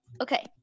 Okay